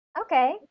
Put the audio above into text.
Okay